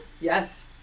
Yes